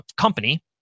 company